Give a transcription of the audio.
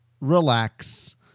relax